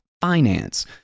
finance